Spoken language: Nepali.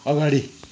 अगाडि